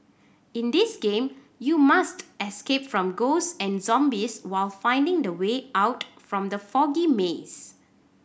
in this game you must escape from ghost and zombies while finding the way out from the foggy maze